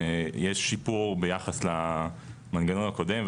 יש שיפור ביחס למנגנון הקודם,